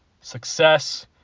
success